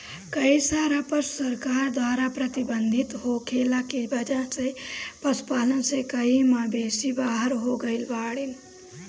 कई सारा पशु सरकार द्वारा प्रतिबंधित होखला के वजह से पशुपालन से कई मवेषी बाहर हो गइल बाड़न